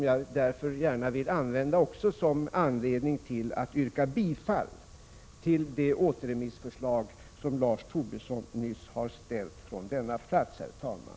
Jag vill använda det som motiv för att yrka bifall till det återremissförslag som Lars Tobisson nyss har framfört från denna plats, herr talman.